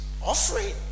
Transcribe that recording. Offering